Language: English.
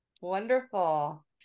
Wonderful